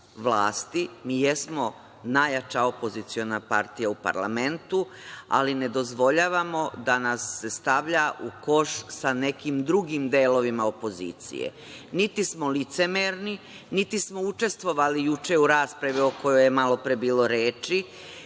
mi jesmo najjača opoziciona partija u parlamentu, ali ne dozvoljavamo da nas se stavlja u koš sa nekim drugim delovima opozicije. Niti smo licemerni, niti smo učestvovali juče u raspravi o kojoj je malopre bilo reči,